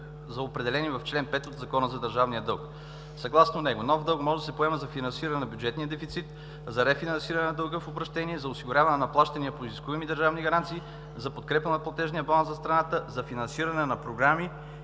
са определени в чл. 5 от Закона за държавния дълг. Съгласно него нов дълг може да се поема за финансиране на бюджетния дефицит, за рефинансиране на дълга в обращение, за осигуряване на плащания по изискуеми държавни гаранции, за подкрепа на платежния баланс за страната, за финансиране на програми